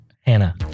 Hannah